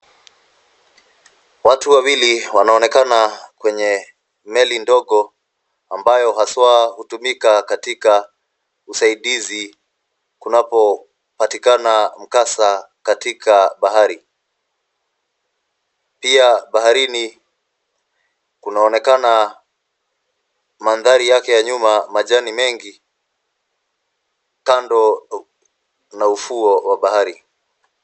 Watu wawili wanaonekana kwenye meli ndogo ambayo haswa hutumikwa katika usaidizi kunapo patikana mkasa katika bahari. Pia baharini kunaonekana mandhari yake ya nyuma majani mengi kando ya ufuo wa bahari.